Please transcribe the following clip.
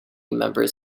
members